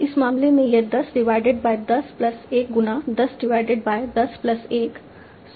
इस मामले में यह 10 डिवाइडेड बाय 10 प्लस 1 गुना 10 डिवाइडेड बाय 10 प्लस 1 100 बाय 121 होगा